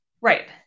Right